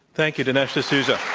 thank you. dinesh d'souza.